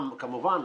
כמובן,